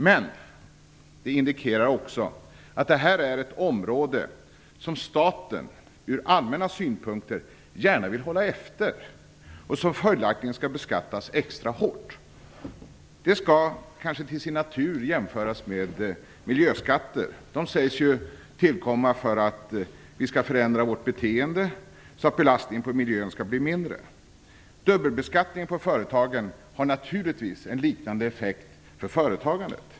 Men det indikerar också att det här är ett område som staten från allmänna synpunkter gärna vill hålla efter och som följaktligen skall beskattas extra hårt. Det skall kanske till sin natur jämföras med miljöskatter. De sägs ju tillkomma för att vi skall förändra vårt beteende så att belastningen på miljön blir mindre. Dubbelbeskattningen av företagen har naturligtvis en liknande effekt på företagandet.